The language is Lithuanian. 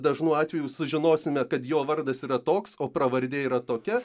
dažnu atveju sužinosime kad jo vardas yra toks o pravardė yra tokia